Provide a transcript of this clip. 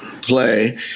play